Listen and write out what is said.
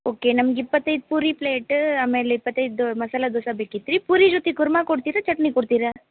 okay ನಮ್ಗೆ ಇಪ್ಪತ್ತೈದು puri plate ಆಮೇಲೆ ಇಪ್ಪತ್ತೈದು ಮಸಾಲೆ ದೋಸೆ ಬೇಕಿತ್ತು ರೀ ಪೂರಿ ಜೊತೆ ಕುರ್ಮಾ ಕೊಡ್ತೀರಾ ಚಟ್ನಿ ಕೊಡ್ತೀರಾ